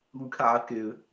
Lukaku